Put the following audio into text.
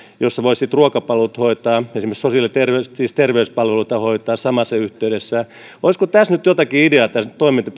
voitaisiin sitten ruokapalvelut ja esimerkiksi terveyspalveluita hoitaa samassa yhteydessä olisiko tässä nyt jotakin ideaa tämän